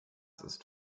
ist